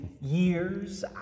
years